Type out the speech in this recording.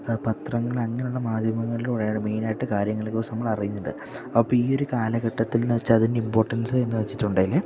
പത്രങ്ങള് അങ്ങനെയുള്ള മാധ്യമങ്ങളിലൂടെയാണ് മെയിനായിട്ട് കാര്യങ്ങളെക്കുറിച്ച് നമ്മള് അറിയുന്നത് അപ്പോള് ഈയൊരു കാലഘട്ടത്തിൽ എന്നുവെച്ചാല് അതിൻ്റെ ഇമ്പോർട്ടൻസ് എന്നുവെച്ചിട്ടുണ്ടെങ്കില്